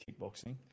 kickboxing